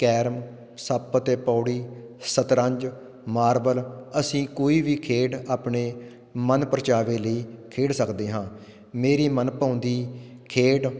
carrom ਸੱਪ ਅਤੇ ਪੌੜੀ ਸਤਰੰਜ ਮਾਰਬਲ ਅਸੀਂ ਕੋਈ ਵੀ ਖੇਡ ਆਪਣੇ ਮਨ ਪਰਚਾਵੇ ਲਈ ਖੇਡ ਸਕਦੇ ਹਾਂ ਮੇਰੀ ਮਨਭਾਉਂਦੀ ਖੇਡ